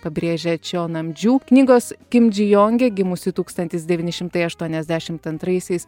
pabrėžia čio namdžiu knygos kimdžiujongė gimusi tūkstantis devyni šimtai aštuoniasdešimt antraisiais